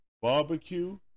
Barbecue